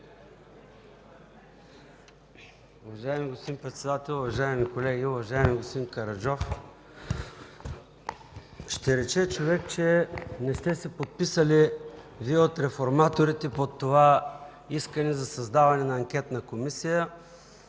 Уважаеми господин Председател, уважаеми колеги! Уважаеми господин Караджов, ще рече човек, че не сте се подписали Вие от реформаторите под това искане за създаване на анкетна комисия.